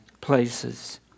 places